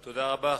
תודה רבה.